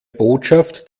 botschaft